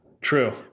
true